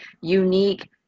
unique